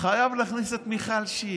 חייב להכניס את מיכל שיר.